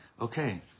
okay